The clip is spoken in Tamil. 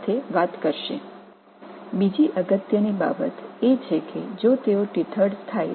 சேர்மம் உங்களுக்குத் தெரிந்திருப்பதைப் பற்றி நாம் சிந்திக்கலாம் அங்கு முதலில் உருவாகும் சேர்மம் ஒன்று மற்றொன்றுடன் தொடர்பில் இருக்கும்